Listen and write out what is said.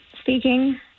Speaking